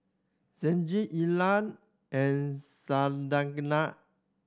Saige Illa and Santana